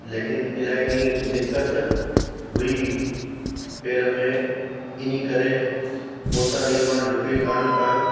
लेकिनि इलाही ॾींहुं दिक़त हुई पेर में इन्हीअ करे ओतिरा ॾींहं मां डुकी कान पायमि